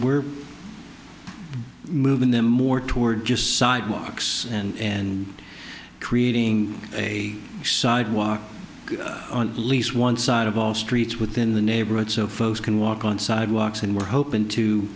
we're moving them more toward just sidewalks and creating a sidewalk on least one side of all streets within the neighborhood so folks can walk on sidewalks and we're hoping to